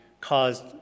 caused